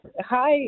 hi